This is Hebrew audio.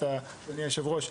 אדוני היושב-ראש,